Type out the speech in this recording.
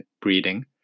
breeding